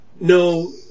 no